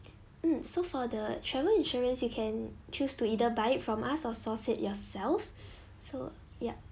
um so for the travel insurance you can choose to either buy it from us of source it yourself so yup